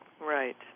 Right